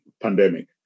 pandemic